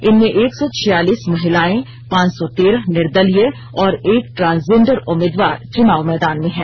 इनमें एक सौ छियालिस महिलाएं पांच सौ तेरह निर्दलीय और एक ट्रांसजेंडर उम्मीदवार चुनाव मैदान में हैं